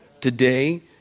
Today